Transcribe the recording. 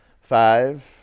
Five